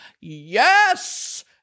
Yes